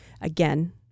again